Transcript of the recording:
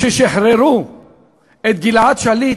כששחררו את גלעד שליט,